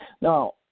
Now